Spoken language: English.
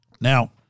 Now